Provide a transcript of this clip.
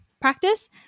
practice